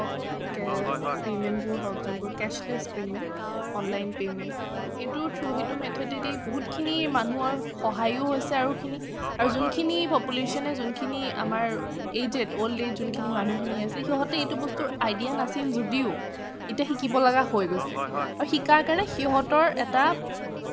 হওক পেমেন্টবোৰ হওক যোনবোৰ কেছলেছ্ পেমেন্ট অনলাইন পেমেন্ট সেইটোৰ থ্ৰু সেইটো মেথদেদি বহুতখিনি মানুহৰ সহায়ো হৈছে আৰু যোনখিনি প'পুলেচনে যোনখিনি আমাৰ এজেদ অ'ল্দ এইজ যোনখিনি মানুহখিনি আছে সিহঁতে এইটো বস্তুৰ আইদিয়া নাছিল যদিও এতিয়া শিকিবলগা হৈ গৈছে আৰু শিকাৰ কাৰণে সিহঁতৰ এটা